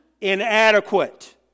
inadequate